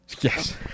Yes